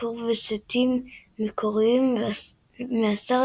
ביקור בסטים מקוריים מהסרט